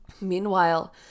meanwhile